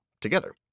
together